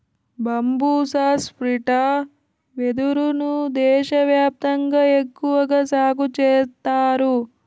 బంబూసా స్త్రిటా వెదురు ను దేశ వ్యాప్తంగా ఎక్కువగా సాగు చేత్తారు